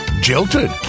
jilted